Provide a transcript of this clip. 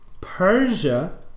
Persia